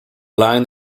line